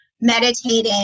meditating